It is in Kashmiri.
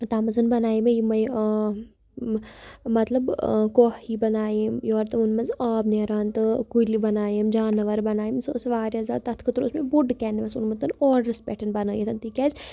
تَتھ منٛز بَنایے مےٚ یِمَے مطلب کوہ ہِوۍ بَنایے یورٕ تِمَن منٛز آب نیران تہٕ کُلۍ بَنایم جانوَر بَنایم سُہ ٲس واریاہ زیادٕ تَتھ خٲطرٕ اوس مےٚ بوٚڑ کٮ۪نواس اوٚنمُت آڑرَس پٮ۪ٹھ بَنٲیِتھ تِکیٛازِ